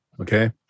okay